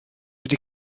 wedi